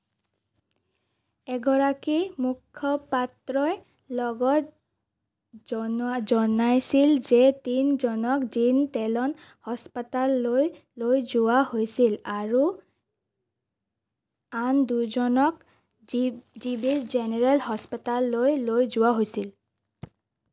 এগৰাকী মুখ্য়পাত্ৰই লগতে জন জনাইছিল যে আন তিনিজনক দিনটেলন হাস্পতাললৈ লৈ যোৱা হৈছিল আৰু আন দুজনক জি জিৱিছ জেনেৰেল হাস্পতাললৈ লৈ যোৱা হৈছিল